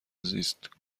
زیست